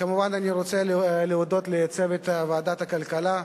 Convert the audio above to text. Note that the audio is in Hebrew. כמובן אני רוצה להודות לצוות ועדת הכלכלה,